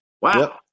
Wow